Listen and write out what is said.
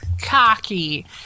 cocky